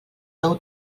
nou